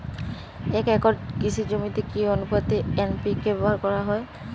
এক একর কৃষি জমিতে কি আনুপাতে এন.পি.কে ব্যবহার করা হয়?